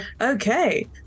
Okay